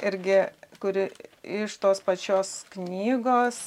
irgi kuri iš tos pačios knygos